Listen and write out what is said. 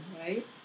right